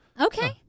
Okay